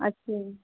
ਅੱਛਾ ਜੀ